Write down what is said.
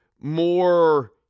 more